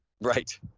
Right